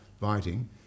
writing